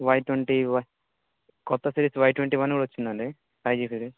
why twenty కొత్త series Y twenty one కూడా వచ్చిందండి ఫైవ్ జీ సిరీస్